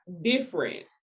different